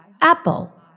Apple